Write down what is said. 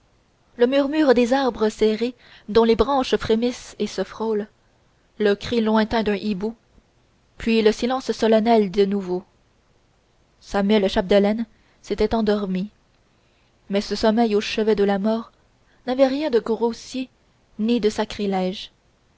le murmure des arbres serrés dont les branches frémissent et se frôlent le cri lointain d'un hibou puis le silence solennel régna de nouveau samuel chapdelaine s'était endormi mais ce sommeil au chevet de la morte n'avait rien de grossier ni de sacrilège